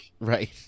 Right